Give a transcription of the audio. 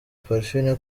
parfine